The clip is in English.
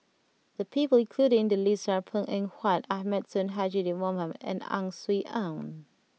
the people included in the list are Png Eng Huat Ahmad Sonhadji Mohamad and Ang Swee Aun